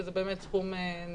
שזה באמת סכום נכבד,